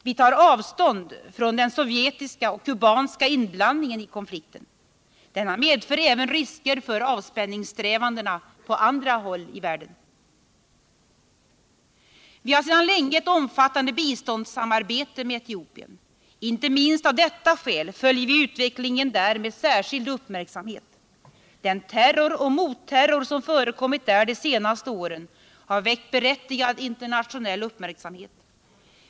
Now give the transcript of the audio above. Vi tar avstånd från den sovjetiska och kubanska inblandningen i konflikten. Denna medför även risker för avspänningssträvandena på andra håll i 9 världen. Vi har sedan länge ett omfattande biståndssamarbete med Etiopien. Inte minst av detta skäl följer vi utvecklingen där med särskild uppmärksamhet. Den terror och motterror som förekommit där de senaste åren har väckt berättigad internationell uppmärksamhet.